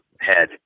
head